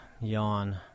Yawn